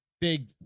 big